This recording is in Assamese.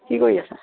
কি কৰি আছা